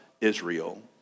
Israel